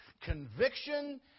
conviction